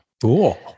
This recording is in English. Cool